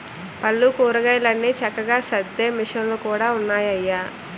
పళ్ళు, కూరగాయలన్ని చక్కగా సద్దే మిసన్లు కూడా ఉన్నాయయ్య